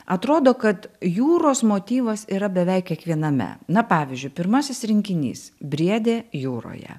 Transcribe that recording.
atrodo kad jūros motyvas yra beveik kiekviename na pavyzdžiui pirmasis rinkinys briedė jūroje